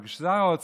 אבל כששר האוצר,